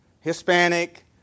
Hispanic